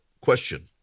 question